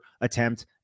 attempt